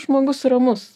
žmogus ramus